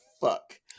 fuck